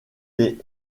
les